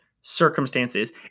circumstances